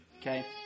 Okay